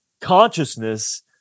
consciousness